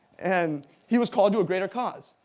and he was called to a greater cause,